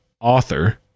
author